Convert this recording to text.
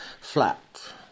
flat